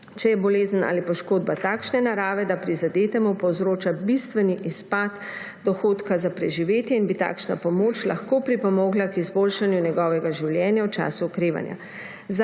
če je bolezen ali poškodba takšne narave, da prizadetemu povzroča bistveni izpad dohodka za preživetje in bi takšna pomoč lahko pripomogla k izboljšanju njegovega življenja v času okrevanja.